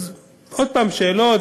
אז עוד פעם שאלות,